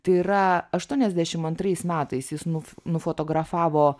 tai yra aštuoniasdešimt antrais metais jis nuf nufotografavo